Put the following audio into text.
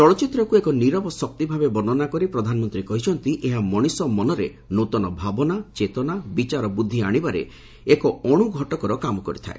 ଚଳଚ୍ଚିତ୍ରକୁ ଏକ ନିରବ ଶକ୍ତି ଭାବେ ବର୍ଣ୍ଣନା କରି ପ୍ରଧାନମନ୍ତ୍ରୀ କହିଛନ୍ତି ଏହା ମଣିଷର ମନରେ ନୂଆ ଭାବନା ଚେତନା ବିଚାରବୁଦ୍ଧି ଆଶିବାରେ ଏକ ଅଣୁ ଘଟକର କାମ କରିଥାଏ